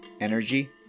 energy